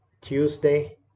Tuesday